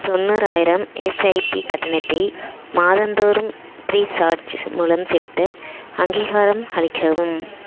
தொண்ணூறாயிரம் எஸ்ஐபி கட்டணத்தை மாதந்தோறும் ஃப்ரீ சார்ஜ் மூலம் செலுத்த அங்கீகாரம் அளிக்கவும்